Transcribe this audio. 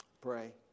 Pray